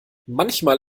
manchmal